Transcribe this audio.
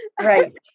Right